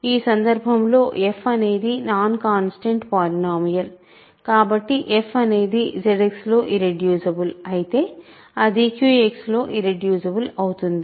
ఈ సందర్భంలో f అనేది నాన్ కాన్స్టాంట్ పాలినోమియల్ కాబట్టి f అనేది ZX లో ఇర్రెడ్యూసిబుల్ అయితే అది QX లో ఇర్రెడ్యూసిబుల్ అవుతుంది